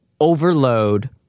overload